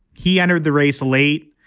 he entered the race late.